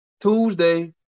Tuesday